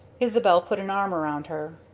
isabel put an arm around her.